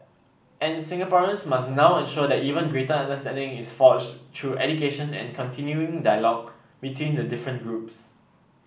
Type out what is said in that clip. and Singaporeans must now ensure that even greater understanding is forged through education and continuing dialogue between the different groups